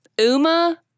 Uma